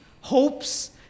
hopes